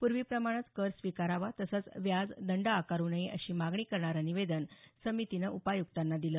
पूर्वीप्रमाणेच कर स्वीकारावा तसंच व्याज दंड आकारू नये अशी मागणी करणार निवेदन समितीनं उपायुक्तांना दिलं